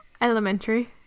Elementary